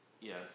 Yes